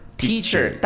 ，teacher